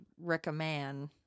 recommend